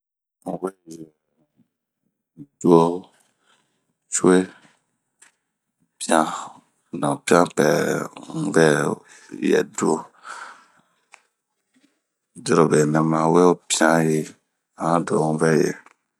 n'weyɛ duo cue pian, pianpɛɛ n'ŋɛ yɛduo ,dirobe nɛma weho piayi, ahan duo nŋɛ yɛ.